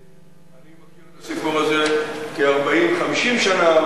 אני מכיר את הסיפור הזה 40 50 שנה,